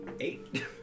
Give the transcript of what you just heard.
eight